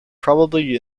probably